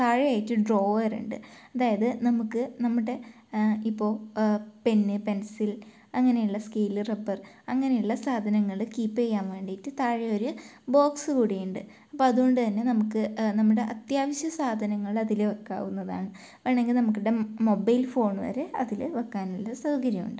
താഴെയായിട്ട് ഡ്രോവറുണ്ട് അതായത് നമുക്ക് നമ്മുടെ ഇപ്പോൾ പെന്ന് പെൻസിൽ അങ്ങനെയുള്ള സ്കെയില് റബ്ബർ അങ്ങനെയുള്ള സാധനങ്ങൾ കീപ്പ് ചെയ്യാൻ വേണ്ടിയിട്ട് താഴെ ഒരു ബോക്സ് കൂടിയുണ്ട് അപ്പോൾ അതുകൊണ്ടു തന്നെ നമുക്ക് നമ്മുടെ അത്യാവശ്യ സാധനങ്ങൾ അതിൽ വയ്ക്കാവുന്നതാണ് വേണമെങ്കിൽ നമുടെ മൊബൈൽ ഫോണ് വരെ അതിൽ വയ്ക്കാനുള്ള സൗകര്യം ഉണ്ട്